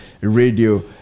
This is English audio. Radio